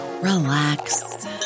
relax